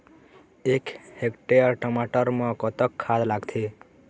एक हेक्टेयर टमाटर म कतक खाद लागथे?